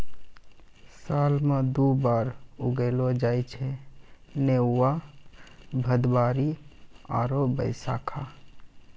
साल मॅ दु बार उगैलो जाय छै नेनुआ, भदबारी आरो बैसक्खा